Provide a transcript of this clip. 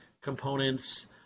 components